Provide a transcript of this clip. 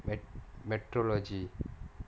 metrology